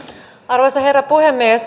arvoisa herra puhemies